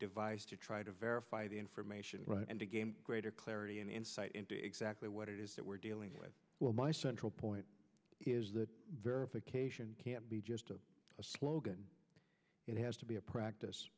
devise to try to verify the information and again greater clarity and insight into exactly what it is that we're dealing with well my central point is that verification can't be just a slogan it has to be a practice